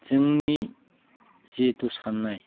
जोंनि जिहेथु साननाय